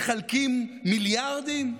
מחלקים מיליארדים,